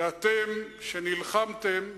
ואתם, שנלחמתם,